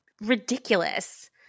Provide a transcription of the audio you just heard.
ridiculous